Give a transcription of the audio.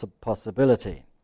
possibility